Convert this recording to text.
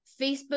Facebook